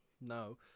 No